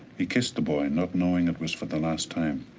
he kissed the boy not knowing it was for the last time.